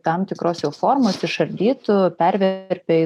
tam tikros jau formos išardytų perverpia į